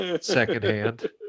secondhand